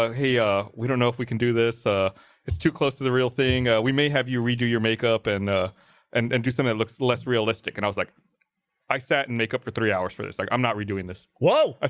ah we don't know if we can do this ah it's too close to the real thing we may have you redo your makeup and ah and and do something that looks less realistic and i was like i sat and makeup for three hours for this like i'm not redoing this whoa. i